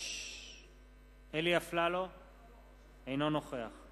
אינה נוכחת